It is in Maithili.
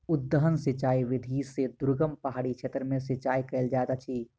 उद्वहन सिचाई विधि से दुर्गम पहाड़ी क्षेत्र में सिचाई कयल जाइत अछि